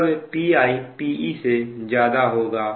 तब Pi Pe से ज्यादा होगा